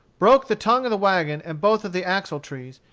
broke the tongue of the wagon and both of the axle-trees,